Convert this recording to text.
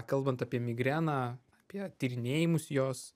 kalbant apie migreną apie tyrinėjimus jos